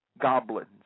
goblins